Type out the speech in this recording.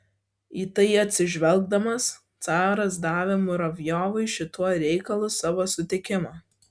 į tai atsižvelgdamas caras davė muravjovui šituo reikalu savo sutikimą